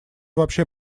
вообще